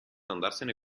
andarsene